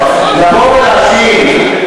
לבוא ולהאשים,